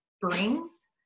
brings